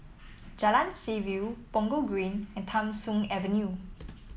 Jalan Seaview Punggol Green and Tham Soong Avenue